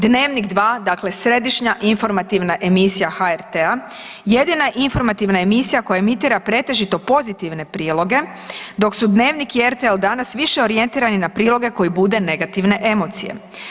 Dnevnik 2, dakle središnja informativna emisija HRT-a jedina informativna emisija koja emitira pretežito pozitivne priloge, dok su Dnevnik i RTL Danas više orijentirani na priloge koji bude negativne emocije.